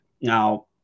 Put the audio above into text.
now